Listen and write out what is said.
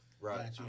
Right